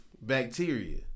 Bacteria